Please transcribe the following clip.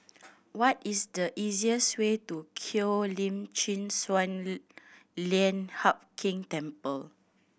what is the easiest way to Cheo Lim Chin Sun Lian Hup Keng Temple